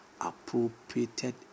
appropriated